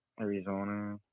Arizona